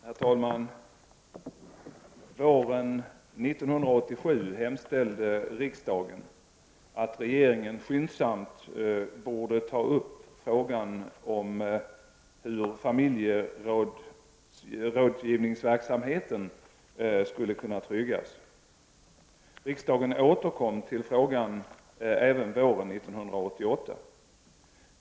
Herr talman! Våren 1987 hemställde riksdagen att regeringen skyndsamt borde ta upp frågan om hur familjerådgivningsverksamheten skulle kunna tryggas. Riksdagen återkom till frågan även våren 1988.